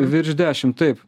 virš dešim taip